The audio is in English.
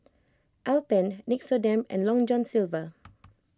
Alpen Nixoderm and Long John Silver